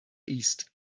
east